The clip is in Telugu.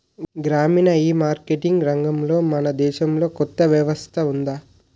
గ్రామీణ ఈమార్కెటింగ్ రంగంలో మన దేశంలో కొత్త వ్యవస్థ ఉందా?